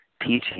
teaching